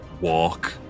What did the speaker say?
walk